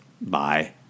bye